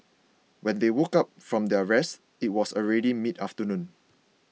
when they woke up from their rest it was already midafternoon